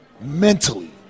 mentally